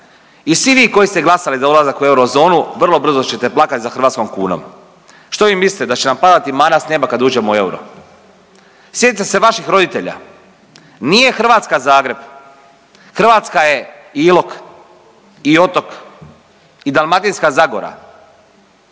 I svi vi koji ste glasali za ulazak u eurozonu vrlo brzo čete plakati za hrvatskom kunom. Što bi mislite da će nam padati mana s neba kad uđemo u euro. Sjetite se vaših roditelja. Nije Hrvatska Zagreb. Hrvatska je Ilok i Otok i Dalmatinska zagora.